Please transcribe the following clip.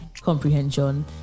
comprehension